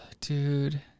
Dude